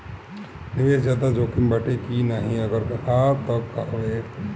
निवेस ज्यादा जोकिम बाटे कि नाहीं अगर हा तह काहे?